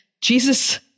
Jesus